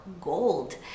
gold